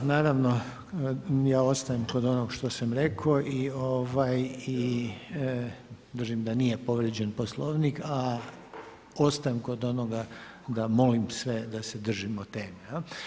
Da, naravno ja ostajem kod onoga što sam rekao i držim da nije povrijeđen Poslovnik, a ostajem kod onoga da molim sve da se držimo teme.